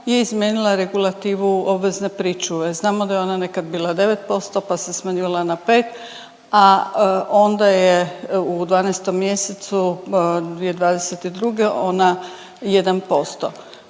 je izmijenila regulativu obvezne pričuve. Znamo da je ona nekad bila 9% pa se smanjivala na 5, a onda je u 12. mjesecu 2022. ona